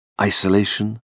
isolation